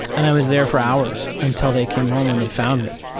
and i was there for hours until they came home and they found me.